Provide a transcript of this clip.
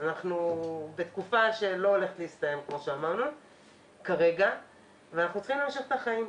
אנחנו בתקופה שלא הולכת להסתיים כרגע ואנחנו צריכים להמשיך את החיים.